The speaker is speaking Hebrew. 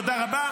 תודה רבה.